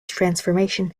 transformation